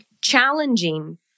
challenging